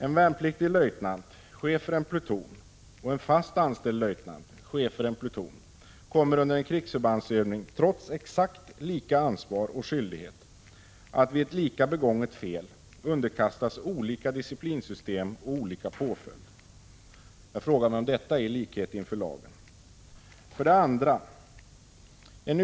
En värnpliktig löjtnant, chef för en pluton, och en fast anställd löjtnant, chef för en pluton, kommer under en krigsförbandsövning — trots exakt lika ansvar och skyldighet — att vid ett lika begånget fel underkastas olika disciplinsystem och olika påföljd. Jag frågar mig om detta är att anse som likhet inför lagen.